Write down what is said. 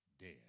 dead